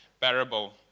parable